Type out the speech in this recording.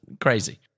crazy